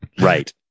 Right